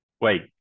Wait